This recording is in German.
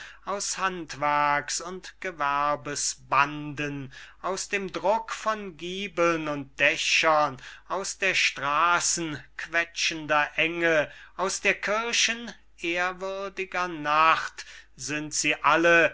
aus handwerks und gewerbes banden aus dem druck von giebeln und dächern aus der straßen quetschender enge aus der kirchen ehrwürdiger nacht sind sie alle